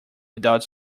without